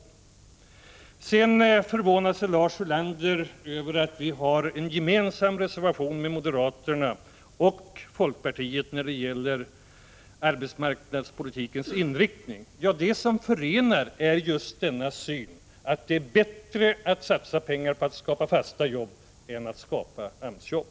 Lars Ulander förvånar sig över att centerpartiet har en gemensam reservation med moderaterna och folkpartiet när det gäller arbetsmarknadspolitikens inriktning. Det som förenar oss är just denna syn, att det är bättre att satsa pengar på att skapa fasta jobb än på att skapa AMS-jobb.